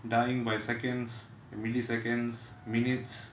dying by seconds milliseconds minutes